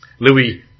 Louis